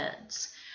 kids